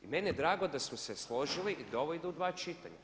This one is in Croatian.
I meni je drago da smo se složili da ovo ide u dva čitanja.